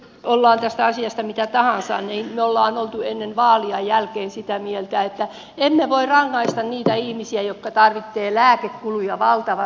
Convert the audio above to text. ollaan tästä asiasta mitä tahansa mieltä niin me olemme olleet ennen vaaleja ja niiden jälkeen sitä mieltä että emme voi rangaista niitä ihmisiä joilla on lääkekuluja valtavasti